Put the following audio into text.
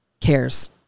cares